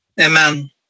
Amen